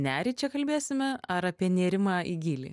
nerį čia kalbėsime ar apie nėrimą į gylį